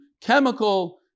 chemical